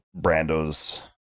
Brando's